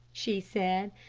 she said,